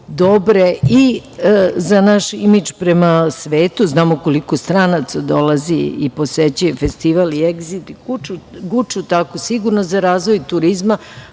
dobre i za naš imidž prema svetu, znamo koliko stranaca dolazi i posećuje festival i „Egzit“ i „Guču“, tako sigurno i za razvoj turizma,